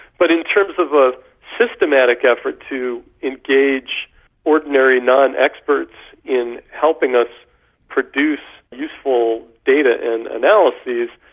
but in terms of a systematic effort to engage ordinary non-experts in helping us produce useful data and analyses,